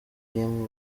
game